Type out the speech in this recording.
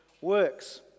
Works